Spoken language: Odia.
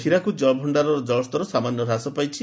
ହୀରାକୁଦ ଜଳଭଣ୍ଡାରର ଜଳସ୍ତର ସାମାନ୍ୟ ହ୍ରାସ ପାଇଛି